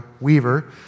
Weaver